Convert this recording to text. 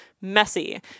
messy